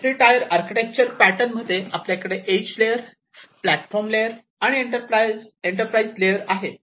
यात three tier architecture पॅटर्नमध्ये आपल्याकडे एज लेअर प्लॅटफॉर्म लेअर आणि इंटरप्राईजेस लेअर आहे